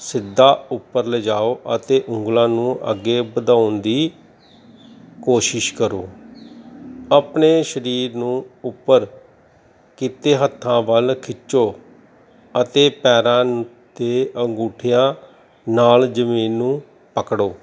ਸਿੱਧਾ ਉੱਪਰ ਲਿਜਾਓ ਅਤੇ ਉਂਗਲਾਂ ਨੂੰ ਅੱਗੇ ਵਧਾਉਣ ਦੀ ਕੋਸ਼ਿਸ਼ ਕਰੋ ਆਪਣੇ ਸਰੀਰ ਨੂੰ ਉੱਪਰ ਕੀਤੇ ਹੱਥਾਂ ਵੱਲ ਖਿੱਚੋ ਅਤੇ ਪੈਰਾਂ ਦੇ ਅੰਗੂਠਿਆਂ ਨਾਲ ਜ਼ਮੀਨ ਨੂੰ ਪਕੜੋ